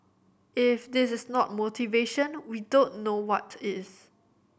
if this is not motivation we don't know what is